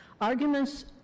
Arguments